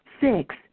six